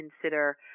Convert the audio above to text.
consider